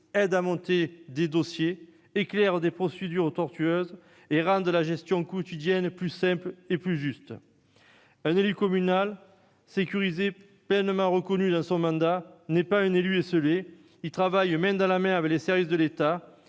aiderait à monter des dossiers, éclairerait des procédures tortueuses et rendrait leur gestion quotidienne plus simple et plus juste. Un élu communal sécurisé, pleinement reconnu dans son mandat, n'est pas un élu esseulé ; il travaille main dans la main avec les services de l'État.